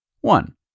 One